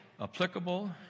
applicable